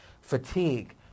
Fatigue